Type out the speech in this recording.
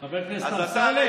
חבר הכנסת אמסלם.